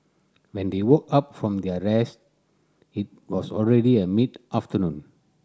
when they woke up from their rest it was already a mid afternoon